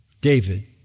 David